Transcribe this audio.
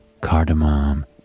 cardamom